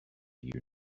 you